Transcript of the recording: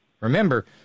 Remember